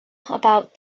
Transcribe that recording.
about